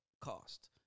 cost